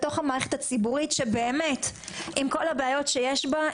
בתוך המערכת הציבורית שבאמת עם כל הבעיות שיש בה,